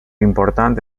important